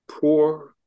poor